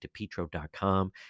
depetro.com